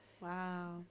Wow